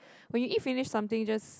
when you eat finish something just